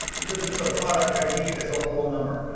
because it's a product id as a whole number.